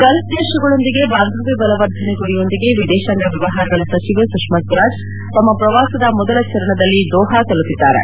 Gulf ದೇಶಗಳೊಂದಿಗೆ ಬಾಂಧವ್ಯ ಬಲವರ್ಧನೆ ಗುರಿಯೊಂದಿಗೆ ವಿದೇಶಾಂಗ ವ್ಯವಹಾರಗಳ ಸಚಿವೆ ಸುಷ್ಮಾ ಸ್ವರಾಜ್ ತಮ್ಮ ಪ್ರವಾಸದ ಮೊದಲ ಚರಣದಲ್ಲಿ ದೋಹಾ ತಲುಪಿದ್ದಾರೆ